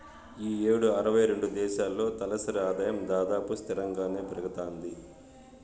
ఈ యేడు అరవై రెండు దేశాల్లో తలసరి ఆదాయం దాదాపు స్తిరంగానే పెరగతాంది